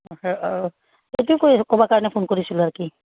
অঁ অঁ এইটো ক ক'বৰ কাৰণে ফোন কৰিছিলোঁ আৰু কি